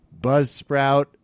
Buzzsprout